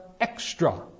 Extra